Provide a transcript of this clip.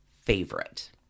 favorite